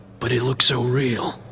but it looks so real.